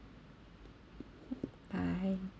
bye